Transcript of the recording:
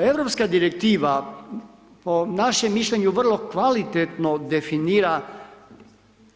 Europska direktiva po našem mišljenju vrlo kvalitetno definira